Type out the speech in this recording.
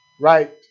Right